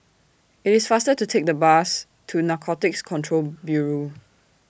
IT IS faster to Take The Bus to Narcotics Control Bureau